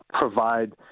provide